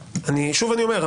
שוב אני אומר,